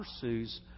pursues